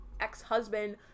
ex-husband